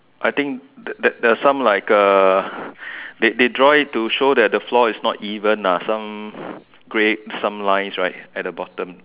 I think that there are some like uh they they draw it to show that the floor is not even ah some grey some lines right at the bottom